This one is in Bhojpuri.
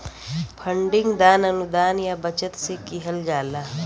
फंडिंग दान, अनुदान या बचत से किहल जाला